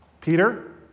Peter